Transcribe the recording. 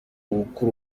gukura